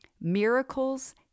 miracles